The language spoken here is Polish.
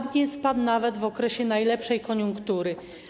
VAT nie spadł nawet w okresie najlepszej koniunktury.